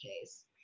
case